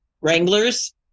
wranglers